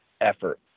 effort